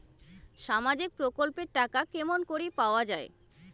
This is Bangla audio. সামাজিক প্রকল্পের টাকা কেমন করি পাওয়া যায়?